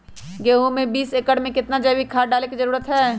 गेंहू में बीस एकर में कितना जैविक खाद डाले के जरूरत है?